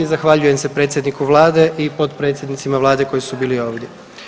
Zahvaljujem se predsjedniku vlade i potpredsjednicima vlade koji su bili ovdje.